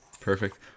Perfect